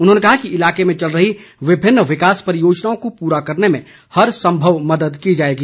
उन्होंने कहा कि इलाके में चल रही विभिन्न विकास परियोजनाओं को पूरा करने में हर संभव मद्द की जाएगी